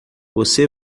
você